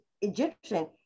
Egyptian